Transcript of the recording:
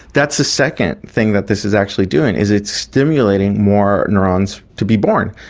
that's the second thing that this is actually doing, is it's stimulating more neurons to be born.